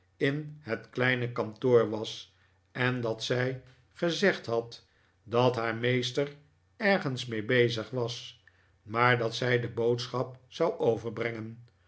in het kleine kantoor was en dat zij gezegd had dat haar meester ergens mee bezig was maar dat zij de boodschap zou oyerbrengen